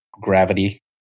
Gravity